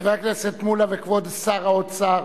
חבר הכנסת מולה וכבוד שר האוצר,